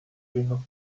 here